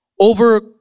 over